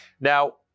Now